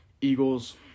Eagles